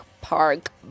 Park